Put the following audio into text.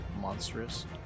monstrous